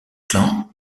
clan